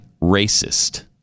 racist